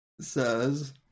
says